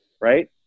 right